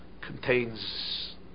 contains